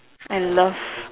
and love